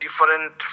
different